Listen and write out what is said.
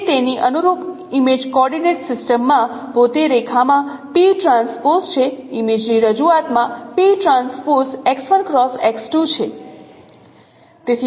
તે તેની અનુરૂપ ઇમેજ કોઓર્ડિનેટ સિસ્ટમમાં પોતે રેખા માં P ટ્રાન્સપોઝ છે ઇમેજની રજૂઆતમાં છે